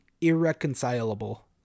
irreconcilable